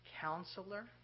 counselor